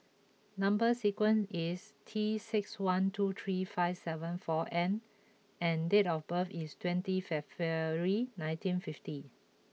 number sequence is T six one two three five seven four N and date of birth is twenty February nineteen fifty